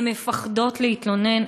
הן פוחדות להתלונן,